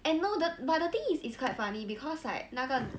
and no the but the thing is it's quite funny because like 那个